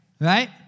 right